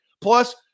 Plus